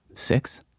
Six